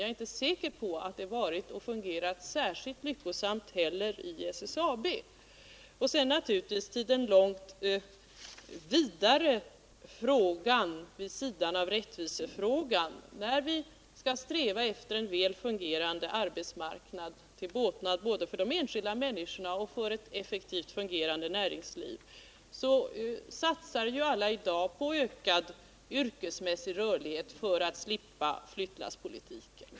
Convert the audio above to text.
Jag är inte helt säker på att det varit särskilt lyckosamt eller fungerat särskilt bra vid SSAB. Beträffande den långt vidare frågan vid sidan av rättvisefrågan, där vi skall sträva efter att skapa en väl fungerande arbetsmarknad till båtnad både för de enskilda människorna och för ett effektivt fungerande näringsliv, kan sägas att alla i dag satsar på ökad yrkesmässig rörlighet för att slippa flyttlasspolitiken.